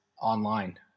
online